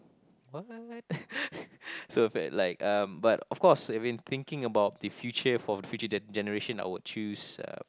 what so if it like um but of course if been thinking about the future for the future gen~ generation I would choose uh